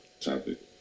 topic